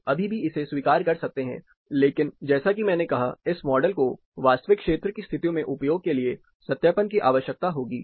लोग अभी भी इसे स्वीकार कर सकते हैं लेकिन जैसा कि मैंने कहा इस मॉडल को वास्तविक क्षेत्र की स्थितियों में उपयोग के लिए सत्यापन की आवश्यकता होगी